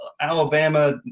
Alabama